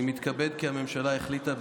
אני מתכבד לעדכן כי הממשלה החליטה,